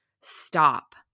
stop